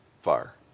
fire